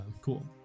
Cool